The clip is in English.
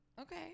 Okay